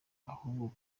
ahubwo